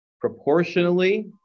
proportionally